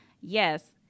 Yes